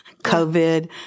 COVID